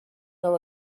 know